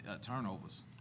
turnovers